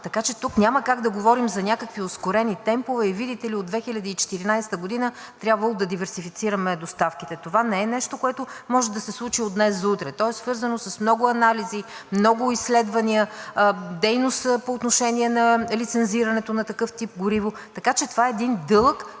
така че тук няма как да говорим за някакви ускорени темпове и видите ли, от 2014 г. трябвало да диверсифицираме доставките. Това не е нещо, което може да се случи от днес за утре. То е свързано с много анализи, много изследвания, дейност по отношение на лицензирането на такъв тип гориво, така че това е дълъг